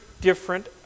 different